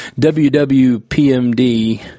WWPMD